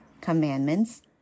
commandments